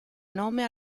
nome